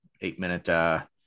eight-minute